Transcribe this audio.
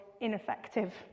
ineffective